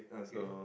okay